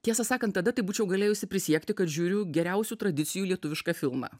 tiesą sakant tada tai būčiau galėjusi prisiekti kad žiūriu geriausių tradicijų lietuvišką filmą